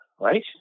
right